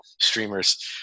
streamers